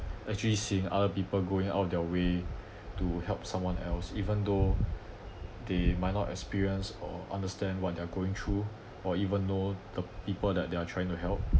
actually seeing other people going out of their way to help someone else even though they might not experience or understand what they're going through or even though the people that they are trying to help